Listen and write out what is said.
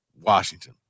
Washington